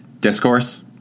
Discourse